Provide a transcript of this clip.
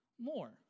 more